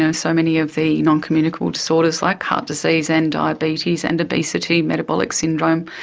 so so many of the noncommunicable disorders like heart disease and diabetes and obesity, metabolic syndrome,